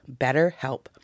BetterHelp